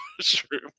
mushroom